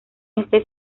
este